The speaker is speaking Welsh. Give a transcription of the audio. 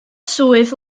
swydd